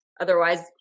Otherwise